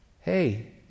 Hey